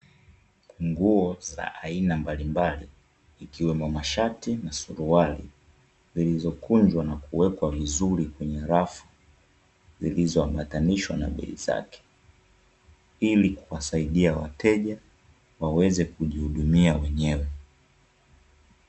Nguo za aina mbalimbali ikiwemo mashati na suruali zilizokunjwa na kuwekwa vizuri kwenye rafu zilizo ambatanishwa na bei zake ilikuwasaidia wateja waweze kujihudumia wenyewe.